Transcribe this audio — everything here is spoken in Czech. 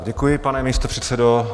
Děkuji, pane místopředsedo.